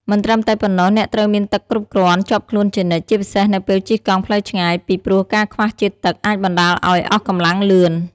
មិនត្រឹមតែប៉ុណ្ណោះ អ្នកត្រូវមានទឹកគ្រប់គ្រាន់ជាប់ខ្លួនជានិច្ច ជាពិសេសនៅពេលជិះកង់ផ្លូវឆ្ងាយ ពីព្រោះការខ្វះជាតិទឹកអាចបណ្តាលឱ្យអស់កម្លាំងលឿន។